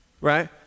right